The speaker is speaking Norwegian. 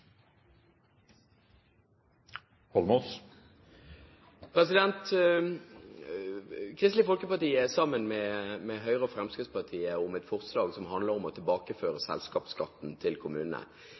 2010. Kristelig Folkeparti er sammen med Høyre og Fremskrittspartiet om et forslag som handler om å tilbakeføre